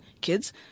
kids